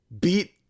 beat